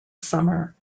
summer